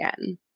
again